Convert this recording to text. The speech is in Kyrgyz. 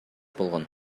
болгон